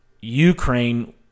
Ukraine